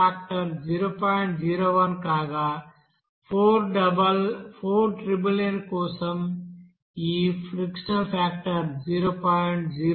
01 కాగా 4999 కోసం ఈ ఫ్రిక్షనల్ ఫాక్టర్ 0